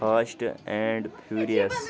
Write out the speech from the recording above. fast and furious